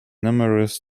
numerous